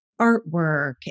artwork